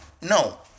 No